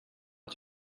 att